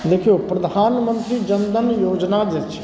दखियौ प्रधानमन्त्री जनधन योजना जे छै